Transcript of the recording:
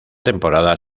temporada